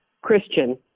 Christian